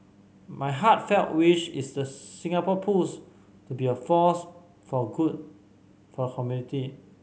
my heartfelt wish is a Singapore Pools to be a force for good for community